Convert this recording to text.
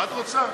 תשובה.